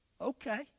okay